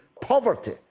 poverty